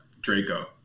Draco